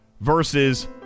versus